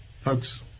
Folks